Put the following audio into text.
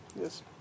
Yes